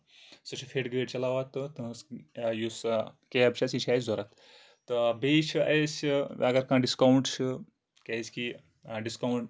سُہ چھُ فِٹ گٲڑۍ چلاوان تہٕ تُہنٛز یُس کیب چھِ یہِ چھےٚ اَسہِ ضروٗرت تہٕ بیٚیہِ چھُ اَسہِ اَگر کانٛہہ ڈِسکَاوُنٹ چھُ کیازِ کہِ ڈِسکَاوُنٛٹ